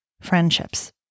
friendships